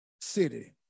city